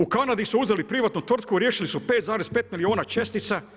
U Kanadi su uzeli privatnu tvrtku, riješili su 5,5 milijuna čestica.